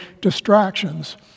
distractions